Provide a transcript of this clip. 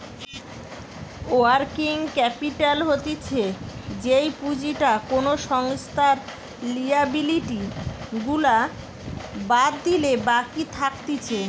working capital হতিছে যেই পুঁজিটা কোনো সংস্থার লিয়াবিলিটি গুলা বাদ দিলে বাকি থাকতিছে